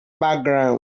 background